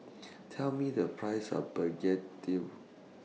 Tell Me The Price of Begedil